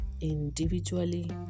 individually